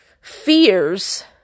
fears